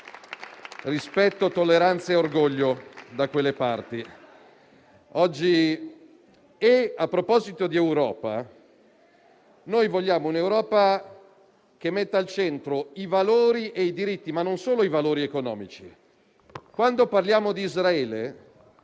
rispetto, tolleranza e orgoglio da quelle parti. A proposito di Europa, ne vogliamo una che metta al centro i valori e i diritti, ma non solo i valori economici. Quando parliamo di Israele,